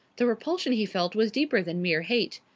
the repulsion he felt was deeper than mere hate.